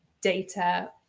data